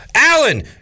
Alan